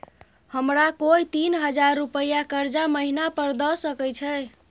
हमरा कोय तीन हजार रुपिया कर्जा महिना पर द सके छै?